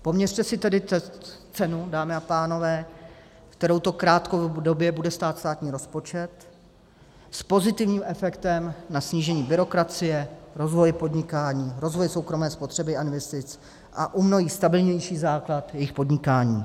Poměřte si tedy cenu, dámy a pánové, kterou to krátkodobě bude stát státní rozpočet, s pozitivním efektem na snížení byrokracie, rozvoj podnikání, rozvoj soukromé spotřeby a investic a u mnohých stabilnější základ jejich podnikání.